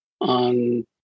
on